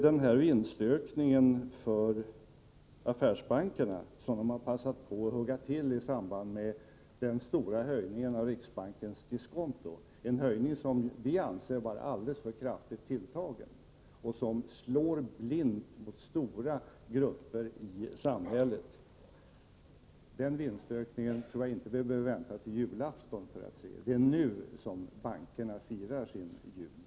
Den vinstökning som affärsbankerna har passat på att hugga till i samband med den stora höjningen av riksbankens diskonto, en höjning som vi anser vara alldeles för kraftigt tilltagen och som slår blint mot stora grupper i samhället, tror jag inte att vi behöver vänta till julafton för att kunna konstatera. Det är nu som bankerna firar sin jul.